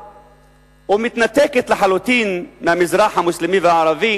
ומתנתקת לחלוטין מהמזרח המוסלמי והערבי,